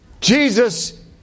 Jesus